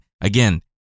Again